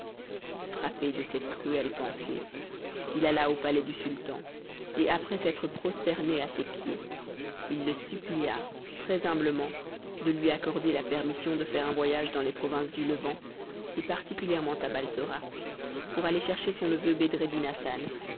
frappé de cette cruelle pensée il alla au palais du sultan et après s'être prosterné à ses pieds il le supplia très humblement de lui accorder la permission de faire un voyage dans les provinces du levant et particulièrement à balsora pour aller chercher son neveu